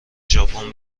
ژاپن